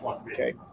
Okay